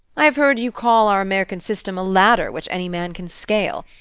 i have heard you call our american system a ladder which any man can scale.